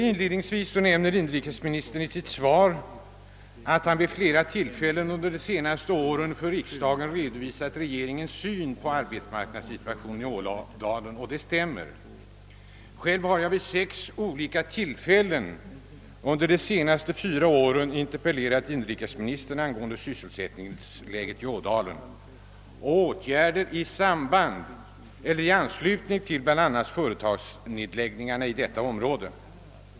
Inledningsvis nämner inrikesministern i sitt svar att han vid flera tillfällen under de senaste åren för riksdagen redovisat regeringens syn på arbetsmarknadssituationen i Ådalen. Det stämmer. Själv har jag vid sex olika tillfällen under de senaste fyra åren interpellerat inrikesministern angående sysselsättningsläget i Ådalen och om åtgärder i anslutning till bl.a. företagsnedläggningarna inom detta område.